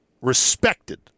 respected